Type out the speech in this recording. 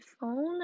phone